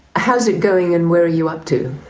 how's it going and where are you up to?